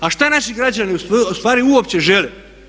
A šta naši građani u stvari uopće žele?